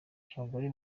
abagore